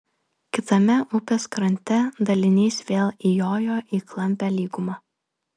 kitame upės krante dalinys vėl įjojo į klampią lygumą